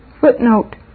Footnote